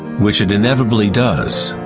which it inevitably does,